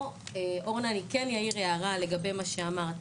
אורנה אני כן אעיר הערה לגבי מה שאמרת,